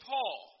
Paul